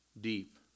deep